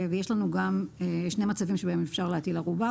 יש לנו גם שני מצבים בהם אפשר להטיל ערובה,